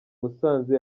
musanze